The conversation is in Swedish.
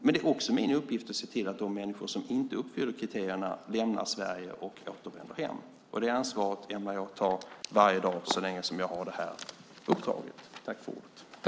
Det är också min uppgift att se till att de människor som inte uppfyller kriterierna lämnar Sverige och återvänder hem. Det ansvaret ämnar jag ta så länge som jag har det här uppdraget.